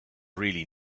really